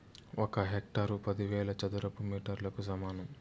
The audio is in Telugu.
ఒక హెక్టారు పదివేల చదరపు మీటర్లకు సమానం